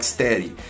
Steady